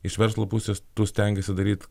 iš verslo pusės tu stengiesi daryt